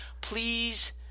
Please